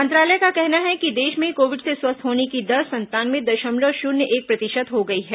मंत्रालय का कहना है कि देश में कोविड से स्वस्थ होने की दर संतानवे दशमलव शून्य एक प्रतिशत हो गई है